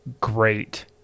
great